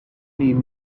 need